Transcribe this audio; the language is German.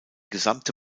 gesamte